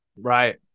right